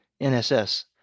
NSS